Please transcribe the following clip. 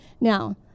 Now